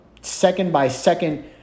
second-by-second